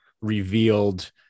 revealed